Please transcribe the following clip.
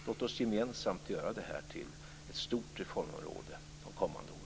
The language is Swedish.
Låt oss gemensamt göra det här till ett stort reformområde de kommande åren.